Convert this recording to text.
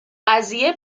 قضیه